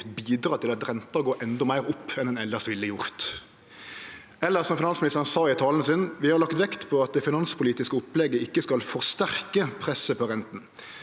bidra til at renta går endå meir opp enn ho elles ville ha gjort. Eller som finansministeren sa i talen sin: «Vi har lagt vekt på at det samlede finanspolitiske opplegget ikke skal forsterke presset på renten.»